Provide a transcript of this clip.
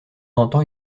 entend